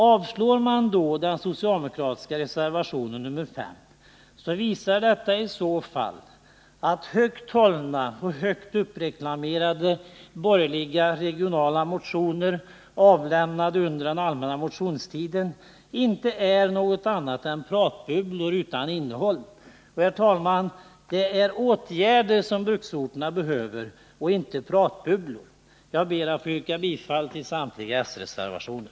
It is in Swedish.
Avslår man då den socialdemokratiska reservationen nr 5, visar detta att högt hållna och uppreklamerade borgerliga regionala motioner, avlämnade under allmänna motionstiden, inte är något annat än pratbubblor utan innehåll. Det är emellertid åtgärder och inte pratbubblor som våra bruksorter behöver. Herr talman! Jag yrkar bifall till samtliga s-reservationer.